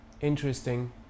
Interesting